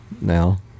now